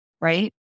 Right